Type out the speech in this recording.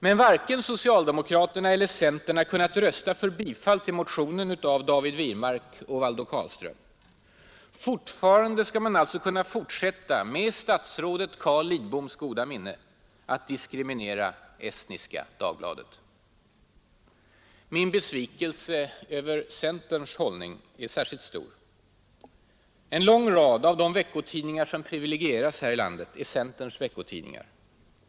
Men varken socialdemokraterna eller centern har kunnat rösta för bifall till motionen av David Wirmark och Valdo Carlström . Fortfarande skall man alltså kunna fortsätta — med statsrådet Carl Lidboms goda minne — att diskriminera Estniska Dagbladet. Min besvikelse över centerns hållning är särskilt stor. En lång rad av de veckotidningar som privilegieras här i landet är centerns veckotidningar.